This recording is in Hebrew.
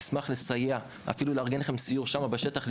נשמח לסייע ואפילו לארגן לכם סיור שם בשטח כדי